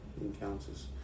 Encounters